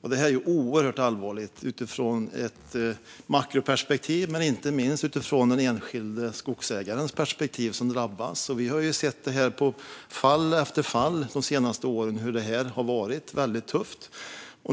Det här är oerhört allvarligt utifrån ett makroperspektiv men inte minst utifrån den enskilde drabbade skogsägarens perspektiv. Vi har sett i fall efter fall de senaste åren hur det har varit väldigt tufft.